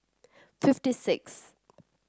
fifty six